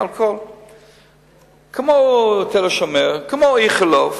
כמו תל-השומר, כמו "איכילוב",